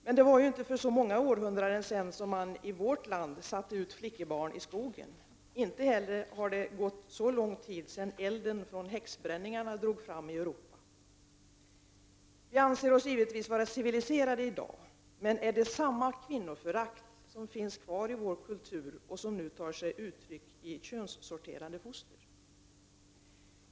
Men det var inte så många århundraden sedan som man i vårt land satte ut flickebarn i skogen. Inte heller har det gått så lång tid sedan elden från häxbränningarna drog fram i Europa. Vi anser oss givetvis vara civiliserade i dag. Men är det här ändå fråga om att det finns kvar ett kvinnoförakt i vår kultur, vilket nu tar sig uttryck i könssorterade foster?